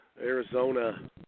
Arizona